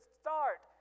start